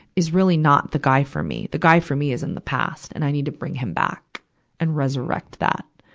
is really not the guy for me. the guy for me is in the past, and i need to bring him back and resurrect that.